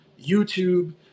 YouTube